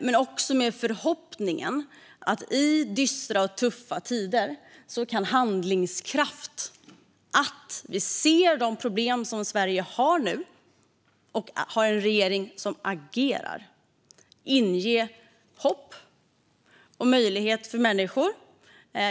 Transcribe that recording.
Men jag har en förhoppning om att i dystra och tuffa tider kan handlingskraft samt att vi ser de problem som Sverige nu har och att vi har en regering som agerar inge hopp och vara en möjlighet för människor.